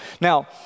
Now